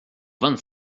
vingt